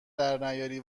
درنیاری